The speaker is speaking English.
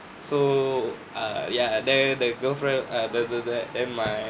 so err ya then the girlfriend err the the the then my